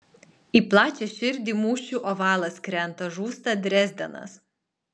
į plačią širdį mūšių ovalas krenta žūsta drezdenas